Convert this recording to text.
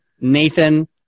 Nathan